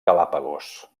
galápagos